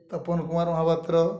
Tapan Kumar Mohapatra